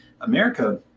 america